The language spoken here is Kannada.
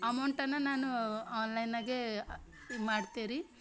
ಅಮೌಂಟನ್ನು ನಾನು ಆನ್ಲೈನಾಗೇ ಇದು ಮಾಡ್ತೇನ್ರಿ